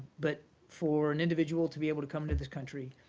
but for an individual to be able to come into this country,